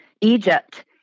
Egypt